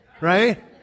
right